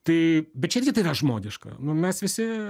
tai bet čia irgi tai yra žmogiška nu mes visi